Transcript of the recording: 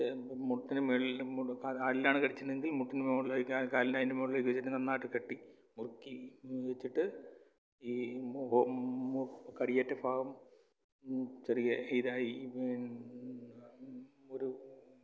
ചെ മുട്ടിന് മേളിലും കാലിലാണ് കടിച്ചിരുന്നതെങ്കിൽ മുട്ടിന് മുകളിലേക്ക് ആ കാലിൻ്റെ അതിൻ്റെ മുകളിലേക്ക് വെച്ചിട്ട് നന്നായിട്ട് കെട്ടി മുറുക്കി വെച്ചിട്ട് ഈ കടിയേറ്റ ഭാഗം ചെറിയ ഇതായി ഒരു